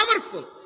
powerful